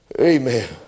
Amen